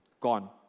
Gone